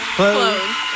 Close